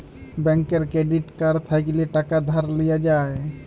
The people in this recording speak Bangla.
ব্যাংকের ক্রেডিট কাড় থ্যাইকলে টাকা ধার লিয়া যায়